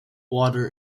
water